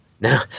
no